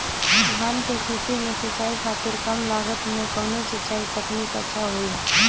धान के खेती में सिंचाई खातिर कम लागत में कउन सिंचाई तकनीक अच्छा होई?